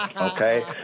Okay